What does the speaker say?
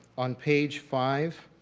on page five,